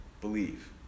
Believe